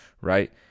right